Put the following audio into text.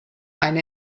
eine